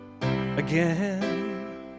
again